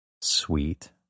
sweet